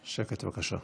שקט, בבקשה.